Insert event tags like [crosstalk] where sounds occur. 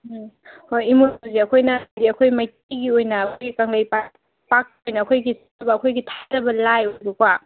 ꯎꯝ ꯍꯣꯏ ꯏꯃꯣꯏꯅꯨꯁꯦ ꯑꯩꯈꯣꯏꯅ ꯍꯥꯏꯗꯤ ꯑꯩꯈꯣꯏ ꯃꯩꯇꯩꯒꯤ ꯑꯣꯏꯅ ꯑꯩꯈꯣꯏꯒꯤ ꯀꯪꯂꯩꯄꯥꯛ [unintelligible] ꯑꯩꯈꯣꯏꯒꯤ ꯊꯥꯖꯕ ꯂꯥꯏ ꯑꯗꯨꯀꯣ